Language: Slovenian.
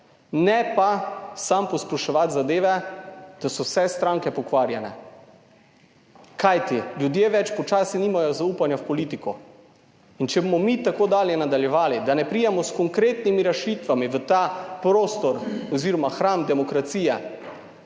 Ne pa samo posploševati zadeve, da so vse stranke pokvarjene, kajti ljudje več počasi nimajo zaupanja v politiko in če bomo mi tako dalje nadaljevali, da ne pridemo s konkretnimi rešitvami v ta prostor oz. hram demokracije.